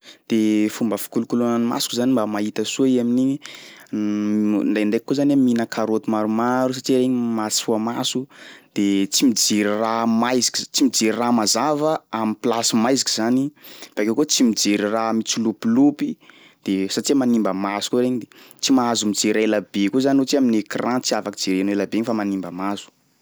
De fomba fikolokoloa ny masoko zany mba mahita soa i amin'igny ndraindraiky koa zany a mihina karaoty maromaro satsia igny mahasoa maso de tsy mijery raha maiziky s- tsy mijery raha mazava am'plasy maiziky zany, bakeo koa tsy mijery raha mitsilopilopy de satsia manimba maso koa regny de tsy mahazo mijery ela be koa zany ohatsy hoe amin'ny écran, tsy afaky jerena ela be igny fa manimba maso.